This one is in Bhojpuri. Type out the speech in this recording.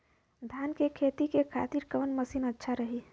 धान के खेती के खातिर कवन मशीन अच्छा रही?